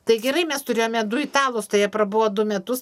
tai gerai mes turėjome du italus tai jie prabuvo du metus